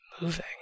Moving